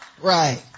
Right